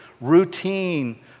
routine